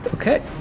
Okay